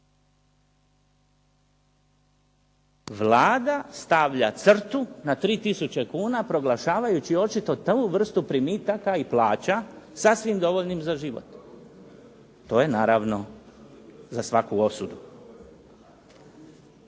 Vlada stavlja crtu na 3000 kuna, proglašavajući očito tu vrstu primitaka i plaća sasvim dovoljnim za život. To je naravno za svaku osudu.